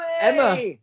Emma